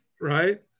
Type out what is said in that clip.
right